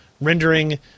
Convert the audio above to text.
rendering